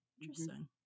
Interesting